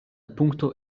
punkto